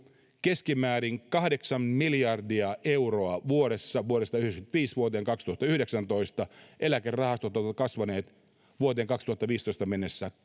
keskimäärin kahdeksan miljardia euroa vuodessa vuodesta yhdeksänkymmentäviisi vuoteen kaksituhattayhdeksäntoista eläkerahastot ovat kasvaneet vuoteen kaksituhattaviisitoista mennessä